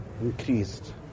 increased